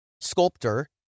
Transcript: sculptor